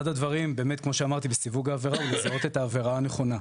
אחד הדברים באמת כמו שאמרתי בסיווג העבירה הוא לזהות את העבירה הנכונה.